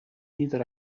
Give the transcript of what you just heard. neither